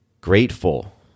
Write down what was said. grateful